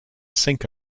sink